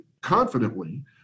confidently